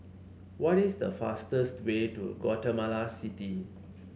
what is the fastest way to Guatemala City